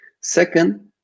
second